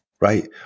right